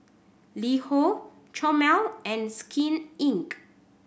LiHo Chomel and Skin Inc